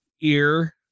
ear